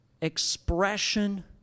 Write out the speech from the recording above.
expression